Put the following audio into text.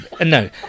No